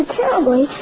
terribly